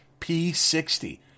P60